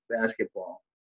basketball